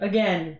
Again